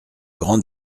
grand